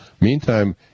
Meantime